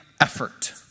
effort